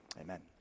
Amen